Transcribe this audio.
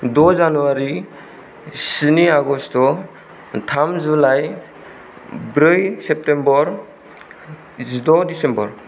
द' जानुवारि स्नि आगष्ट थाम जुलाइ ब्रै सेप्टेम्बर जिद' दिसेम्बर